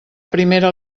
primera